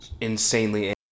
insanely